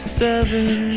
seven